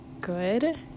good